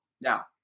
Now